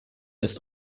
ist